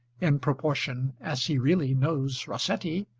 in proportion as he really knows rossetti,